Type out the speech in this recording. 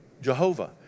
Jehovah